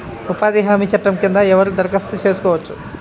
ఉపాధి హామీ చట్టం కింద ఎవరు దరఖాస్తు చేసుకోవచ్చు?